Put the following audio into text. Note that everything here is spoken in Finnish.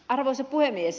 arvoisa puhemies